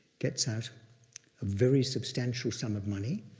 gets out a very substantial sum of money.